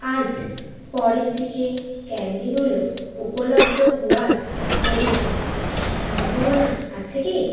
আজ পরের দিকে ক্যাণ্ডিগুলো উপলব্ধ হওয়ার কোনও সম্ভাবনা আছে কি